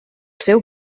seu